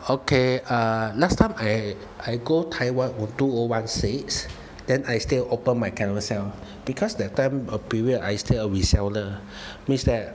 okay uh last time I I go taiwan in two O one six then I still open my Carousell because that time a period I still a reseller means that